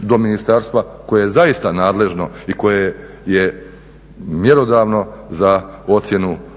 do ministarstva koje je zaista nadležno i koje je mjerodavno za ocjenu